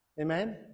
Amen